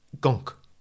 gunk